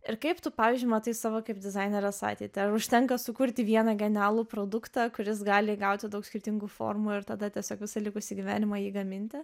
ir kaip tu pavyzdžiui matai savo kaip dizainerės ateitį ar užtenka sukurti vieną genialų produktą kuris gali įgauti daug skirtingų formų ir tada tiesiog visą likusį gyvenimą jį gaminti